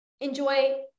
enjoy